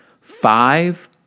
five